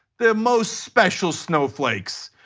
the most special snowflakes.